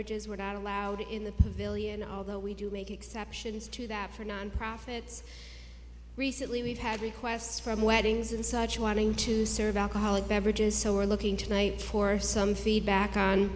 bridges were not allowed in the villian although we do make exceptions to that for non profits recently we've had requests from weddings and such wanting to serve alcoholic beverages so we're looking tonight for some feedback on